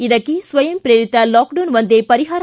ಇದಕ್ಕೆ ಸ್ವಯಂ ಪ್ರೇರಿತ ಲಾಕ್ ಡೌನ್ ಒಂದೇ ಪರಿಹಾರ